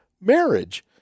marriage